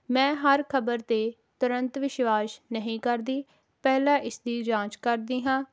ਮੈਂ ਹਰ ਖ਼ਬਰ 'ਤੇ ਤੁਰੰਤ ਵਿਸ਼ਵਾਸ ਨਹੀਂ ਕਰਦੀ ਪਹਿਲਾਂ ਇਸ ਦੀ ਜਾਂਚ ਕਰਦੀ ਹਾਂ